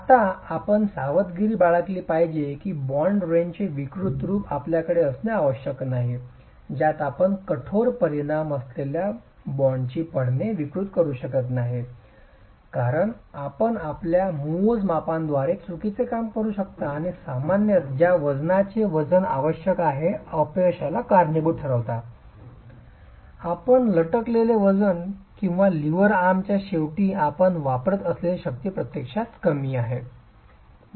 आता आपण सावधगिरी बाळगली पाहिजे की बॉन्ड रेंचचे विकृत रूप आपल्याकडे असणे आवश्यक नाही ज्यात आपण कठोर परिमाण असलेल्या बाँडची पळणे विकृत करू शकत नाही कारण आपण आपल्या मोजमापांद्वारे चुकीचे काम करू शकता आणि सामान्यत ज्या वजनाचे वजन आवश्यक आहे अपयशाला कारणीभूत ठरवा आपण लटकलेले वजन किंवा लीव्हर आर्मच्या शेवटी आपण वापरत असलेली शक्ती प्रत्यक्षात कमी आहे